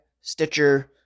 Stitcher